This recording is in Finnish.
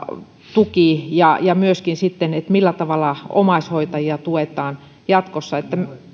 tuki ja ja myöskin sitten se millä tavalla omaishoitajia tuetaan jatkossa